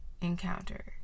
encounter